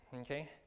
okay